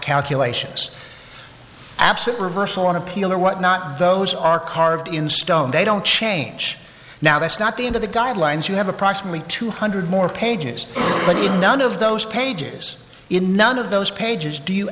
calculations absent reversal on appeal or what not those are carved in stone they don't change now that's not the end of the guidelines you have approximately two hundred more pages but in none of those pages in none of those pages do you